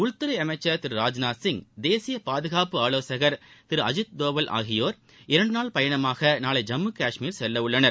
உள்துறை அமைச்சர் திரு ராஜ்நாத் சிங் தேசிய பாதுகாப்பு ஆலோசகர் திரு அஜீத் தோவல் ஆகியோர் இரண்டு நாள் பயணமாக நாளை ஜம்மு காஷ்மீர் செல்ல உள்ளனர்